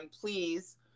please